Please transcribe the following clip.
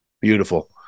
Beautiful